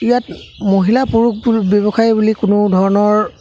ইয়াত মহিলা পুৰুষ বু ব্যৱসায় বুলি কোনো ধৰণৰ